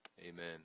Amen